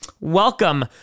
welcome